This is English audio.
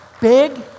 big